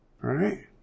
Right